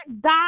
die